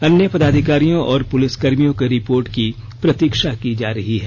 अन्य पदाधिकारियों और पुलिसकर्मियों के रिपोर्ट की प्रतीक्षा की जा रही है